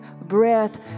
breath